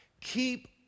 keep